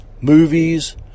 movies